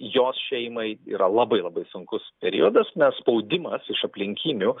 jos šeimai yra labai labai sunkus periodas nes spaudimas iš aplinkinių